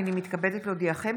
הינני מתכבדת להודיעכם,